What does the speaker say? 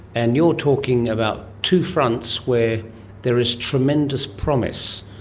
and you're talking about two fronts where there is tremendous promise.